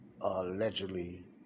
allegedly